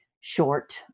short